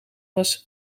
was